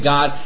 God